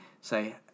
say